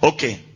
Okay